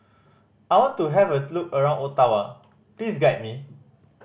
I want to have a look around Ottawa please guide me